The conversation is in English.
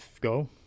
Go